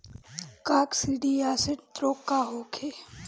काकसिडियासित रोग का होखे?